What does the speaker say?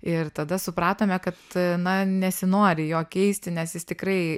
ir tada supratome kad na nesinori jo keisti nes jis tikrai